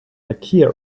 ikea